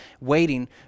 waiting